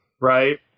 Right